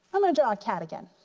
i'm gonna draw a cat again.